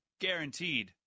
Guaranteed